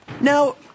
Now